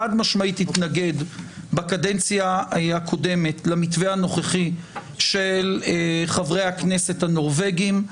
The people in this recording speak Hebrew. חד-משמעית התנגד בקדנציה הקודמת למתווה הנוכחי של חברי הכנסת הנורבגים,